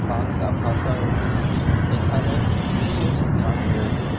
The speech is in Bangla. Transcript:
বাংলা ভাষায়ও এখানে বিশেষ স্থান রয়েছে